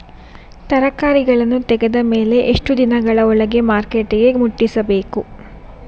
ತರಕಾರಿಗಳನ್ನು ತೆಗೆದ ಮೇಲೆ ಎಷ್ಟು ದಿನಗಳ ಒಳಗೆ ಮಾರ್ಕೆಟಿಗೆ ಮುಟ್ಟಿಸಬೇಕು?